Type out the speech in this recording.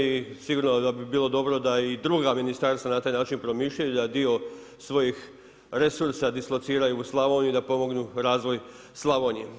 I sigurno da bi bilo dobro da i druga ministarstva na taj način promišljaju, da dio svojih resursa dislociraju u Slavoniju, da pomognu razvoj Slavonije.